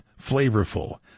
flavorful